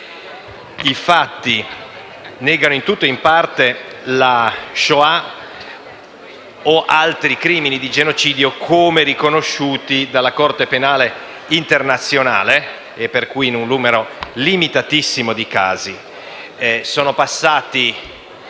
che negano in tutto o in parte la Shoah o altri crimini di genocidio, come riconosciuti dalla Corte penale internazionale, e quindi per un numero limitatissimo di casi. Sono passati